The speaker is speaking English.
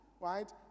right